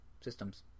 systems